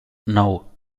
nou